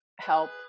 help